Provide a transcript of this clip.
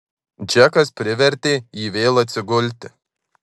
džekas privertė jį vėl atsigulti